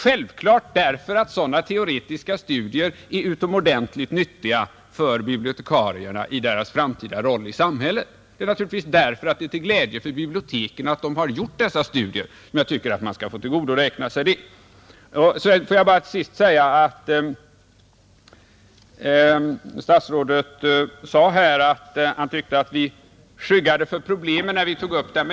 Självklart därför att sådana teoretiska studier är utomordentligt nyttiga för bibliotekarierna i deras framtida roll i samhället. Det är naturligtvis därför att det är till glädje för biblioteken att bibliotekarierna har gjort dessa studier som jag tycker att de skall få till godoräkna sig dem. Statsrådet tyckte att vi skyggade för problemen när vi tog upp dem.